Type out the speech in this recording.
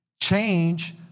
Change